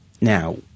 Now